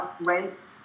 rent